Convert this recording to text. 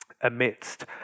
amidst